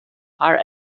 are